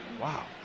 Wow